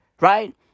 right